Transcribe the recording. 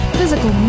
physical